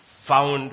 Found